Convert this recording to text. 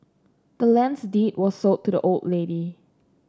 the land's deed was sold to the old lady